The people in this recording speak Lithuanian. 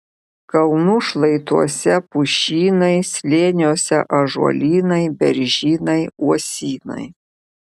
kalnų šlaituose pušynai slėniuose ąžuolynai beržynai uosynai